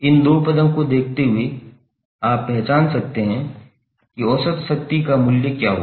इन दो पदों को देखते हुए आप पहचान सकते हैं कि औसत शक्ति का मूल्य क्या होगा